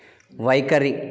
వైఖరి